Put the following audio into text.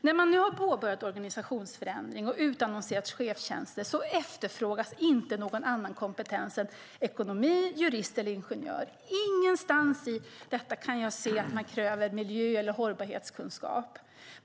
När man nu har påbörjat en organisationsförändring och utannonserat chefstjänster efterfrågas ekonomer, jurister och ingenjörer - ingen annan kompetens. Ingenstans i detta kan jag se att man kräver miljö eller hållbarhetskunskap.